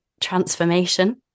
transformation